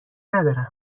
ندارم